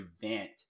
event